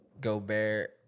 Gobert